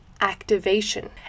activation